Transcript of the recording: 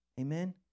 amen